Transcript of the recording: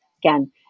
again